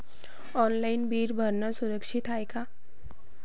Online bill भरनं सुरक्षित हाय का?